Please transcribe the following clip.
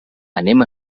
anem